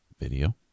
Video